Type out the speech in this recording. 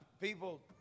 people